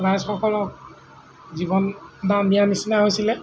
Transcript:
ৰাইজসকলক জীৱন দান দিয়াৰ নিচিনাই হৈছিলে